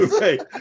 Right